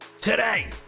Today